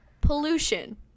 Pollution